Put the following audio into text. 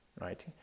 right